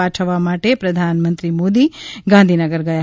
પાઠવવા માટે પ્રધાનમંત્રી મોદી ગાંધીનગર ગયા